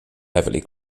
heavily